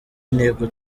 intego